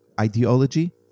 ideology